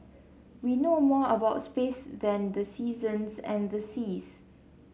we know more about space than the seasons and the seas